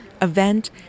event